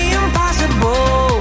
impossible